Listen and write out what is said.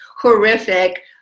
horrific